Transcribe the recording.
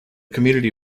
community